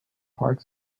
part